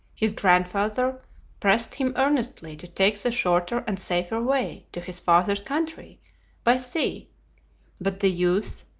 his grandfather pressed him earnestly to take the shorter and safer way to his father's country by sea but the youth,